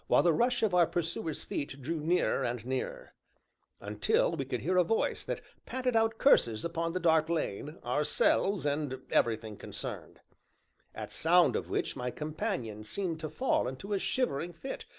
while the rush of our pursuers' feet drew nearer and nearer until we could hear a voice that panted out curses upon the dark lane, ourselves, and everything concerned at sound of which my companion seemed to fall into a shivering fit,